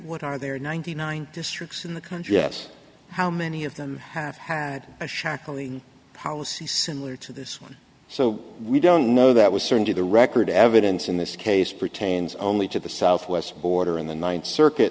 what are there ninety nine districts in the country yes how many of them have had a shaklee policy similar to this one so we don't know that was certainly the record evidence in this case pertains only to the southwest border in the ninth circuit